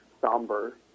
somber